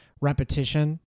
repetition